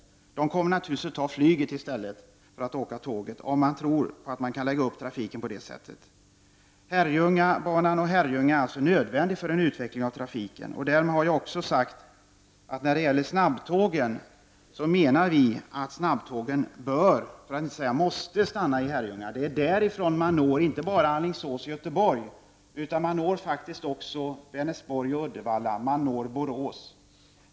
Människorna kommer naturligtvis att ta flyget i stället för att åka tåg. Herrljungabanan och Herrljunga är nödvändiga för en utveckling av trafiken. Därmed har jag också sagt att vi menar att snabbtågen bör, för att inte säga måste, stanna i Herrljunga. Därifrån når man inte bara Alingsås och Göteborg utan man når Vänersborg, Uddevalla och Borås.